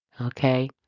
Okay